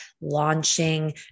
launching